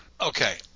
okay